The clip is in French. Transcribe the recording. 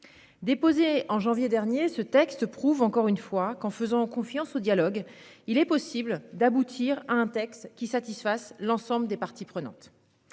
mois de janvier dernier, ce texte prouve encore une fois qu'en faisant confiance au dialogue, il est possible d'aboutir à une rédaction qui satisfasse l'ensemble des parties prenantes.